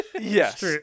Yes